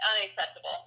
Unacceptable